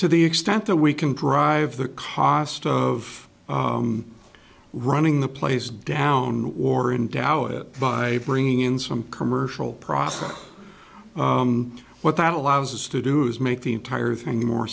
to the extent that we can drive the cost of running the place down or in dow it by bringing in some commercial process what that allows us to do is make the entire thing more